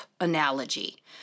analogy